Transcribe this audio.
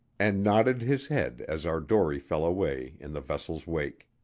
and nodded his head as our dory fell away in the vessel's wake.